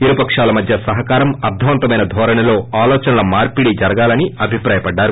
ఇరు పకాల మధ్య సహకారం అర్లవంతమైన ధోరణిలో ఆలోచనల మార్పిడి జరగాలని అభిప్రాయపడ్లారు